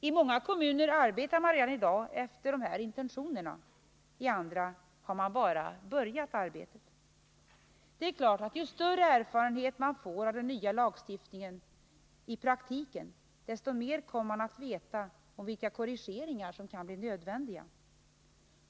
I många kommuner arbetar man redan i dag efter dessa intentioner, i andra har man bara börjat. Det är klart att ju större erfarenhet man får av den nya lagstiftningen i praktiken, desto mer kommer man att veta om vilka korrigeringar som kan bli nödvändiga.